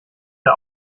der